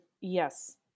Yes